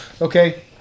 Okay